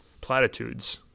platitudes